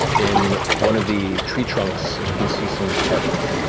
in one of the tree trunks, you can see some carvings